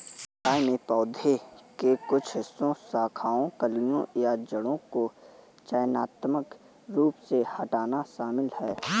छंटाई में पौधे के कुछ हिस्सों शाखाओं कलियों या जड़ों को चयनात्मक रूप से हटाना शामिल है